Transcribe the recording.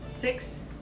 Six